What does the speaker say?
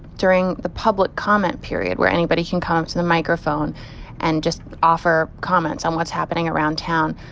during the public comment period where anybody can come to the microphone and just offer comments on what's happening around town,